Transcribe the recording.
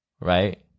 right